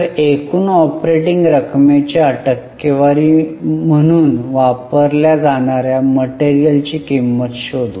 तर एकूण ऑपरेटिंग रकमेच्या टक्केवारी म्हणून वापरल्या जाणार्या मटेरियलची किंमत शोधू